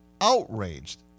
outraged